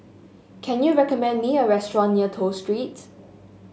can you recommend me a restaurant near Toh Street